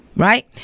right